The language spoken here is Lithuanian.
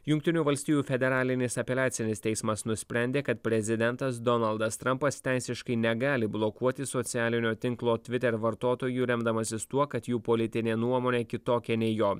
jungtinių valstijų federalinis apeliacinis teismas nusprendė kad prezidentas donaldas trampas teisiškai negali blokuoti socialinio tinklo tviter vartotojų remdamasis tuo kad jų politinė nuomonė kitokia nei jo